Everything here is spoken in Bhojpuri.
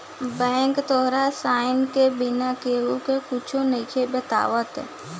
बैंक तोहार साइन के बिना केहु के कुच्छो नइखे बतावत